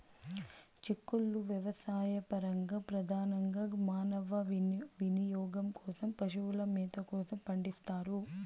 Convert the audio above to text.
చిక్కుళ్ళు వ్యవసాయపరంగా, ప్రధానంగా మానవ వినియోగం కోసం, పశువుల మేత కోసం పండిస్తారు